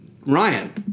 Ryan